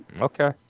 Okay